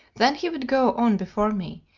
then he would go on before me,